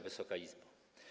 Wysoka Izbo!